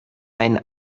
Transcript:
ein